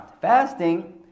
fasting